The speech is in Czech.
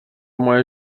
moje